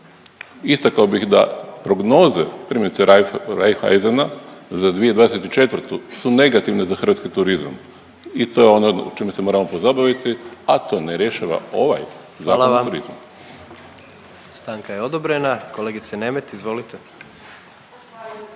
Istakao bih da prognoze primjerice Raiffeisena za 2024. su negativne za hrvatski turizam i to je ono čime se moramo pozabaviti, a to ne rješava ovaj Zakon o turizmu. **Jandroković, Gordan (HDZ)** Hvala vam. Stanka je odobrena. Kolegice Nemet, izvolite. **Nemet,